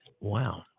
wow